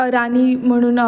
रानी म्हणून